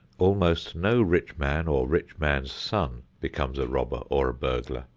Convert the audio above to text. almost no rich man or rich man's son becomes a robber or a burglar.